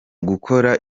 gukora